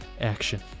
action